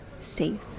safe